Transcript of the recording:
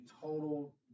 total